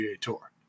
Tour